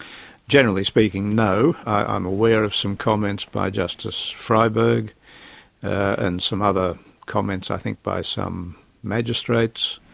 generally speaking no. i'm aware of some comments by justice freiberg and some other comments i think by some magistrates.